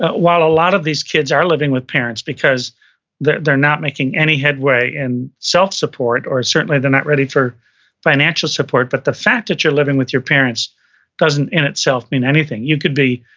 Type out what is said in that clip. ah while a lot of these kids are living with parents because they're they're not making any headway in self-support, or certainly they're not really for financial support, but the fact that you're living with your parents doesn't in itself mean anything. you could be,